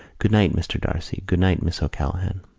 good-night, mr. d'arcy. good-night, miss o'callaghan.